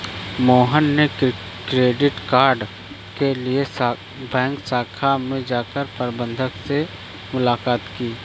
मोहन ने credit card के लिए बैंक शाखा में जाकर प्रबंधक से मुलाक़ात की